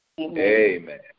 Amen